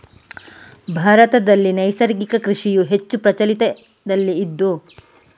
ಭಾರತದಲ್ಲಿ ನೈಸರ್ಗಿಕ ಕೃಷಿಯು ಹೆಚ್ಚು ಪ್ರಚಲಿತದಲ್ಲಿ ಇದ್ದು ಜೀವನಾಧಾರ, ಸಾವಯವ ಮತ್ತೆ ಕೈಗಾರಿಕಾ ಕೃಷಿ ಇದೆ